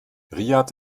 riad